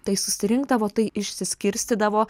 tai susirinkdavo tai išsiskirstydavo